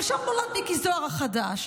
אבל שם נולד מיקי זוהר החדש.